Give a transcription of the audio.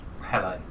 hello